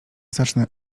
zacznę